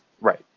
Right